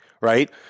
right